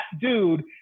dude